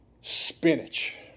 spinach